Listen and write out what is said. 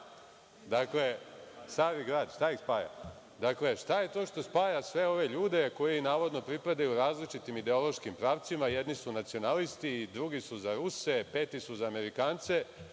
tako, Savin grad, šta ih spaja? Šta je to što spaja sve ove ljude, koji navodno pripadaju različitim ideološkim pravcima, jedni su nacionalisti, drugi su za Ruse, peti su za Amerikance?